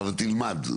אבל תלמד.